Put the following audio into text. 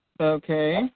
Okay